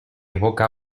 evoca